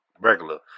regular